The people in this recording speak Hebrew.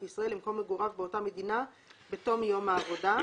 את ישראל למקום מגוריו באותה מדינה בתום יום העבודה".